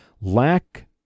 lack